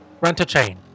Rent-A-Chain